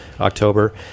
October